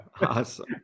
Awesome